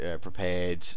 Prepared